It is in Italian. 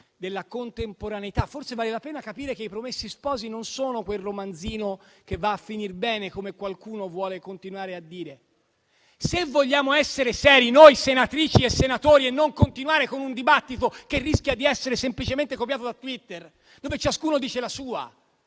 della contemporaneità. Forse vale la pena capire che «I promessi sposi» non sono quel romanzino che va a finir bene, come qualcuno vuole continuare a dire. Se vogliamo essere seri, noi senatrici e senatori, e non continuare con un dibattito che rischia di essere semplicemente copiato da Twitter, dove ciascuno dice la sua,